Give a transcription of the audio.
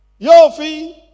Yofi